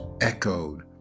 echoed